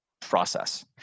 process